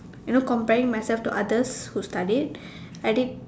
you know comparing myself to others who studied I did